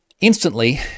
Instantly